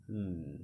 mm